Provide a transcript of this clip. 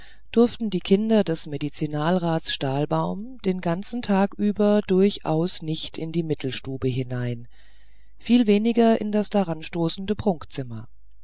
durften die kinder des medizinalrats stahlbaum den ganzen tag über durchaus nicht in die mittelstube hinein viel weniger in das daranstoßende prunkzimmer